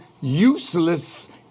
useless